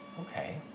Okay